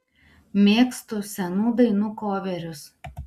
mėgstu senų dainų koverius